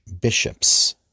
bishops